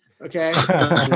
Okay